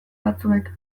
batzuek